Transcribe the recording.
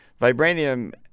vibranium